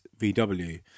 VW